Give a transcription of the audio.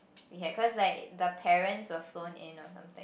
we had cause like the parents were flown in or something